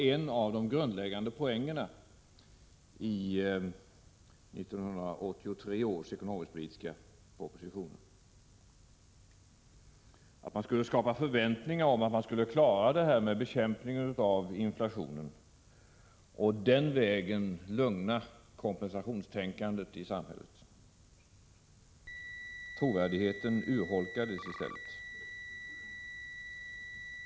En av de grundläggande poängerna i 1983 års ekonomisk-politiska propositioner var just att skapa förväntningar om att regeringen skulle klara inflationsbekämpningen och den vägen motverka kompensationstänkandet i samhället. I stället urholkades trovärdigheten.